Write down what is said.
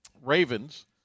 ravens